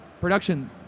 production